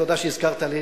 תודה שהזכרת לי.